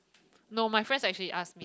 no my friends actually ask